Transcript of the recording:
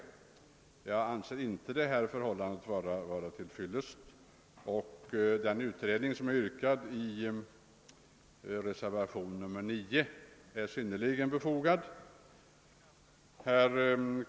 Jag anser inte detta förhållande vara tillfredsställande, och den utredning som påyrkas i reservationen 9 är därför synnerligen befogad.